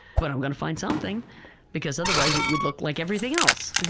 but i'm going to find something because otherwise it would look like everything else.